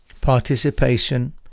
participation